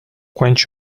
quench